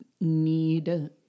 need